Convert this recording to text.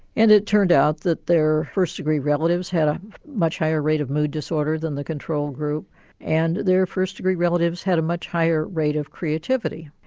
and it turned out that their first degree relatives had a much higher rate of mood disorder than the control group and their first degree relatives had a much higher rate of creativity.